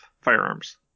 firearms